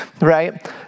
Right